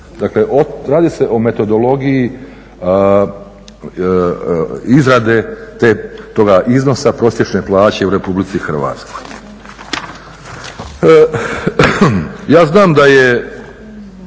dakle radi se o metodologiji izrade toga iznosa prosječne plaće u Republici Hrvatskoj. Ja znam da je